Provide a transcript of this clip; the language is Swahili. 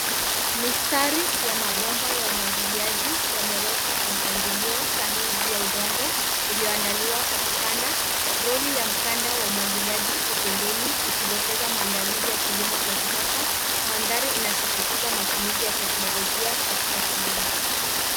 Mistari ya mabomba ya umwagiliaji yamewekwa kwa mpangilio sahihi juu ya udongo ulioandaliwa kwa kupanda. Lori ya mkanda wa umwagiliaji iko pembeni ikidokeza maandalizi ya kilimo cha kisasa. Mandhari inasisitiza matumizi ya teknolojia katika kilimo.